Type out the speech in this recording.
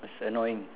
it's annoying